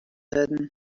wurden